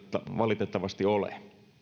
valitettavasti ole